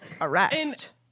arrest